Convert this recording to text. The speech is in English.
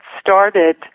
started